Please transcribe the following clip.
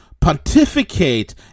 pontificate